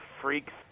freaks